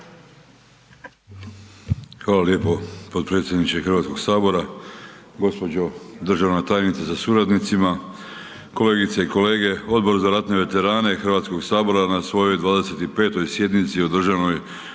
Hvala lijepo potpredsjedniče HS, gđo. državna tajnice sa suradnicima, kolegice i kolege. Odbor za ratne veterane HS na svojoj 25. sjednici održanoj